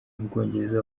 mubwongereza